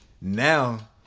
now